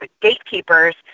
gatekeepers